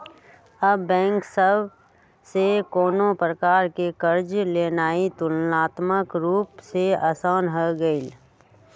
अब बैंक सभ से कोनो प्रकार कें कर्जा लेनाइ तुलनात्मक रूप से असान हो गेलइ